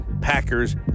Packers